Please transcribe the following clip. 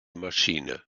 maschine